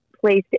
placed